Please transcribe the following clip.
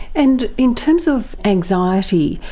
and in terms of anxiety,